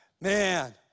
man